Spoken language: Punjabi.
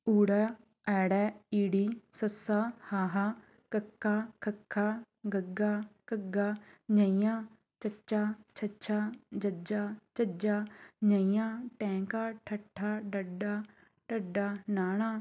ੳ ਅ ੲ ਸ ਹ ਕ ਖ ਗ ਘ ਙ ਚ ਛ ਜ ਝ ਞ ਟ ਠ ਡ ਢ ਣ